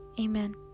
Amen